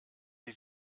sie